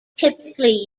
typically